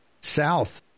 south